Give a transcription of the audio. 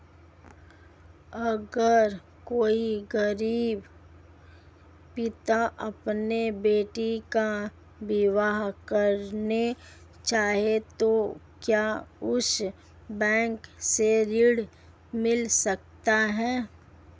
अगर कोई गरीब पिता अपनी बेटी का विवाह करना चाहे तो क्या उसे बैंक से ऋण मिल सकता है?